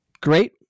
great